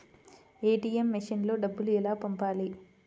ATM మెషిన్లో డబ్బులు ఎలా పంపాలి?